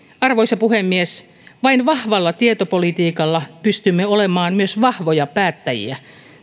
arvoisa puhemies vain vahvalla tietopolitiikalla pystymme olemaan myös vahvoja päättäjiä